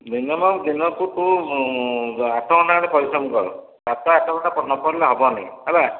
minimum ଦିନକୁ ତୁ ଆଠ ଘଣ୍ଟା ଖଣ୍ଡେ ପରିଶ୍ରମ କର ସାତ ଆଠ ଘଣ୍ଟା ନ ପଢ଼ିଲେ ହେବନି ହେଲା